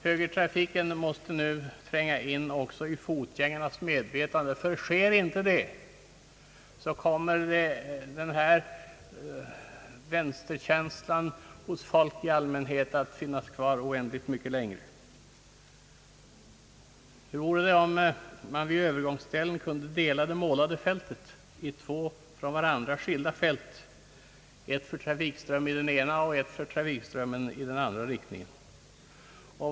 Högertrafiken måste nu tränga in också i fotgängarnas medvetande. Om så inte blir fallet kommer vänsterkänslan hos folk i allmänhet att finnas kvar oändligt mycket längre. Hur vore det att vid övergångsställen dela det målade fältet i två från varandra skilda fält, ett för trafikströmmen i den ena, och ett för trafikströmmen i den andra riktningen?